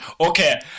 Okay